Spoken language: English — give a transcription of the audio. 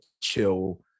chill